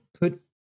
put